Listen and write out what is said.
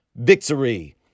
victory